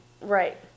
right